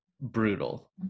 brutal